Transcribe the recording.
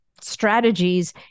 strategies